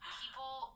people